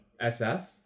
sf